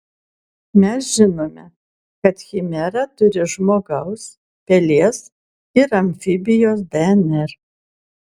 mes žinome kad chimera turi žmogaus pelės ir amfibijos dnr